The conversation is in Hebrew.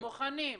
מוכנים,